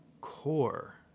core